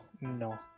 no